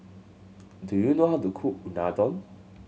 do you know how to cook Unadon